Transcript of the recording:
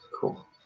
Cool